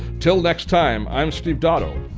till next time, i'm steve dotto.